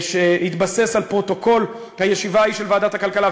שהתבסס על פרוטוקול הישיבה ההיא של ועדת הכלכלה.